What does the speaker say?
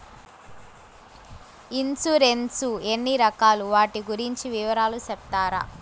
Insurance ఎన్ని రకాలు వాటి గురించి వివరాలు సెప్తారా?